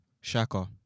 Shaka